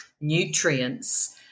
nutrients